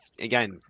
again